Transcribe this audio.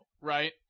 right